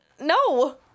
No